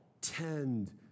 tend